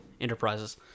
Enterprises